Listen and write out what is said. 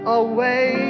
away